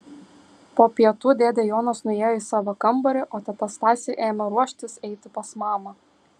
po pietų dėdė jonas nuėjo į savo kambarį o teta stasė ėmė ruoštis eiti pas mamą